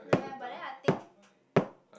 nah but then I think